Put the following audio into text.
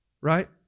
right